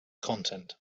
content